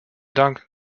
dank